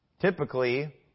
Typically